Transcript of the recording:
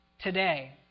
today